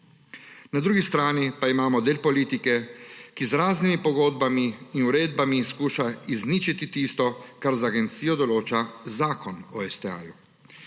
Na drugi strani pa imamo del politike, ki z raznimi pogodbami in uredbami skuša izničiti tisto, kar za agencijo določa Zakon o STA.